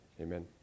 amen